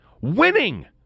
winning